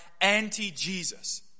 anti-Jesus